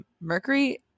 Mercury